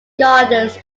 gardens